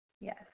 Yes